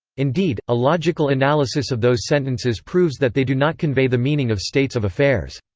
indeed, a logical analysis of those sentences proves that they do not convey the meaning of states of affairs.